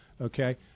okay